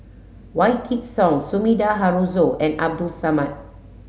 Wykidd Song Sumida Haruzo and Abdul Samad